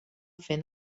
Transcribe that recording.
fent